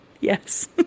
Yes